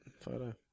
photo